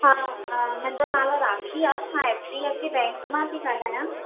हा मुंहिंजो नालो राखी आहे मां H D F C bank मां थी ॻाल्हायां